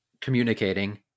communicating